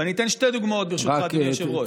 ואני אתן שתי דוגמאות, ברשותך, אדוני היושב-ראש.